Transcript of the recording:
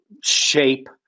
shape